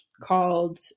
called